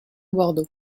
bordeaux